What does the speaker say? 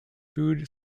food